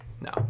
no